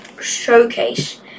showcase